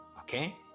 Okay